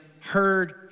heard